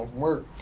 work.